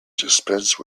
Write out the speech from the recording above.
dispense